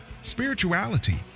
spirituality